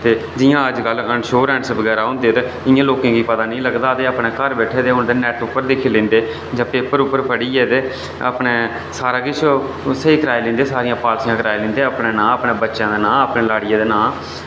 ते जि'यां अज्जकल इंश्योरेंस बगैरा होंदे ते इ'यां लोकें गी पता निं चलदा ते अपने घर बैठे दे नैट्ट पर दिक्खी लैंदे जां पेपर पर पढ़ियै ते अपना सारा किश स्हेई कराई दिंदे ते सारियां पॉलसियां कराई लैंदे अपने नांऽ अपने बच्चें दे नांऽ पर जां अपनी लाड़ियै दे नांऽ